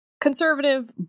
conservative